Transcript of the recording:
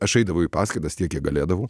aš eidavau į paskaitas tiek kiek galėdavau